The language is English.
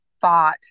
thought